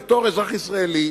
בתור אזרח ישראלי